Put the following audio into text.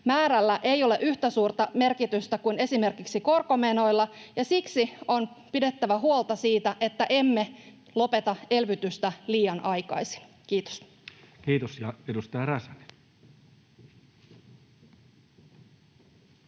määrällä ei ole yhtä suurta merkitystä kuin esimerkiksi korkomenoilla, ja siksi on pidettävä huolta siitä, että emme lopeta elvytystä liian aikaisin. — Kiitos. Kiitos. — Ja edustaja Räsänen.